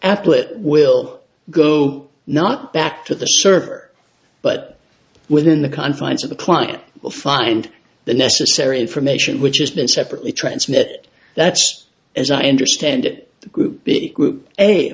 applet will go not back to the server but within the confines of the client will find the necessary information which has been separately transmit that's as i understand it the group big group a